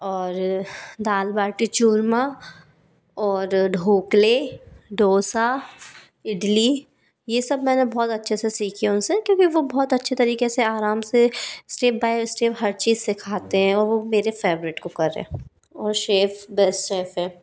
और दाल बाटी चूरमा और ढोकले डोसा इडली ये सब मैंने बहुत अच्छे से सीखी है उन से क्योंकि वो बहुत अच्छे तरीक़े से आराम से स्टेप बाइ स्टेप हर चीज़ सीखाते है वो मेरे फेवरेट कुकर है और शेफ़ बेस्ट शेफ़ हैं